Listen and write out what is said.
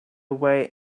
way